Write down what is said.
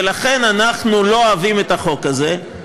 ולכן אנחנו לא אוהבים את החוק הזה,